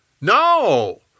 No